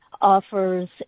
offers